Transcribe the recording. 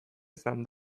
izan